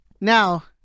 now